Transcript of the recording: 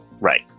Right